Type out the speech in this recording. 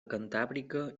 cantàbrica